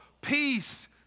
peace